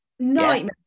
nightmare